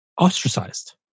ostracized